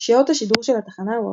הוא "גלגלילה",